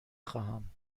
خواهم